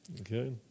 Okay